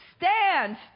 Stand